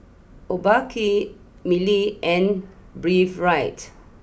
Obike Mili and Breathe right